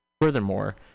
Furthermore